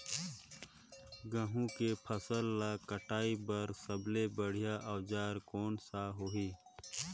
गहूं के फसल ला कटाई बार सबले बढ़िया औजार कोन सा होही?